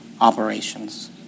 operations